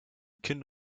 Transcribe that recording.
kinn